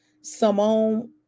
Simone